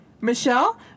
Michelle